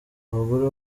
abagore